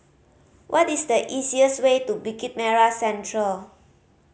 what is the easiest way to Bukit Merah Central